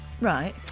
Right